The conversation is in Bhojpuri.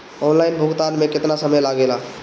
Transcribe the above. ऑनलाइन भुगतान में केतना समय लागेला?